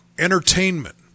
Entertainment